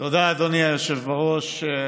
תודה, אדוני היושב בראש.